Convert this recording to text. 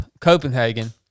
Copenhagen